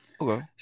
Okay